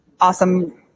awesome